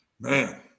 Man